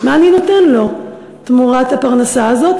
מה אני נותן לו תמורת הפרנסה הזאת?